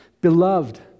Beloved